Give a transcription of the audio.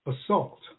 assault